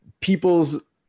people's